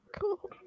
cool